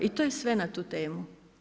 I to je sve na tu temu.